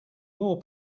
more